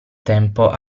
tempo